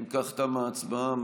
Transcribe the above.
אם כך, תמה ההצבעה.